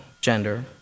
gender